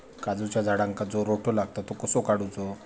काजूच्या झाडांका जो रोटो लागता तो कसो काडुचो?